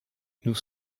nous